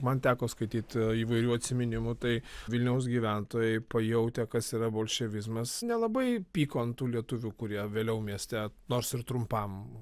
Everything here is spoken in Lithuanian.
man teko skaityti įvairių atsiminimų tai vilniaus gyventojai pajautę kas yra bolševizmas nelabai pyko ant tų lietuvių kurie vėliau mieste nors ir trumpam